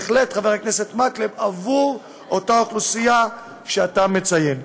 חבר הכנסת מקלב, עבור אותה אוכלוסייה שאתה מציין.